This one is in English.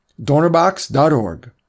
DonorBox.org